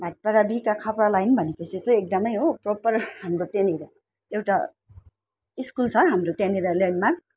भातपाडा दुईका खपडा लाइन भनेपछि चाहिँ एकदमै हो प्रोपर हाम्रो त्यहाँनिर एउटा स्कुल छ हाम्रो त्यहाँनिर ल्यान्डमार्क